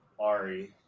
Ari